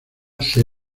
ser